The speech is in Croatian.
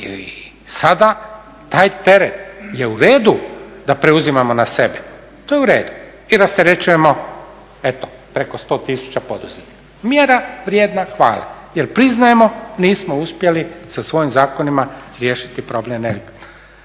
I sada taj teret je u redu da preuzimamo na sebe, to je u redu i rasterećujemo eto preko 100 tisuća poduzetnika. Mjera vrijedna hvale jer priznajemo nismo uspjeli sa svojim zakonima riješiti problem